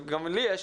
וגם לי יש,